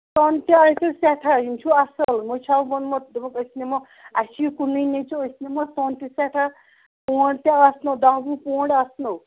سۄن تہِ آسیو سٮ۪ٹھاہ یِم چھِو اَصٕل یِمو چھُ ہَکھ ووٚنمُت دوٚپُکھ أسۍ نِمو اَسہِ چھُ یہِ کُنُے نیچوٗ أسۍ نِمو سۄن تہِ سٮ۪ٹھاہ پونڈ تہِ آسنو دہ وُہ پونڈ آسنو